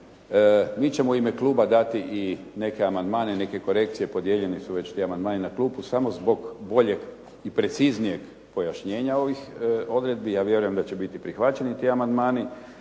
Mi ćemo u ime kluba dati i neke amandmane, neke korekcije. Podijeljeni su već ti amandmani na klupu samo zbog boljeg i preciznijeg pojašnjenja ovih odredbi. Ja vjerujem da će biti prihvaćani ti amandmani.